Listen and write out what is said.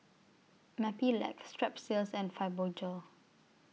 Mepilex Strepsils and Fibogel